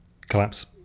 Collapse